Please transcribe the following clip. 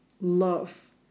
love